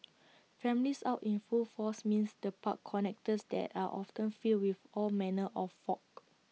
families out in full force means the park connectors there are often filled with all manner of folk